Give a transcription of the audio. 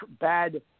Bad